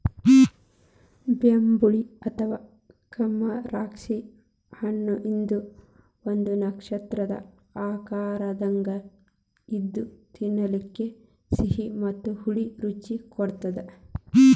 ಬೆಂಬುಳಿ ಅಥವಾ ಕಮರಾಕ್ಷಿ ಹಣ್ಣಇದು ಒಂದು ನಕ್ಷತ್ರದ ಆಕಾರದಂಗ ಇದ್ದು ತಿನ್ನಲಿಕ ಸಿಹಿ ಮತ್ತ ಹುಳಿ ರುಚಿ ಕೊಡತ್ತದ